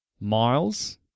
Miles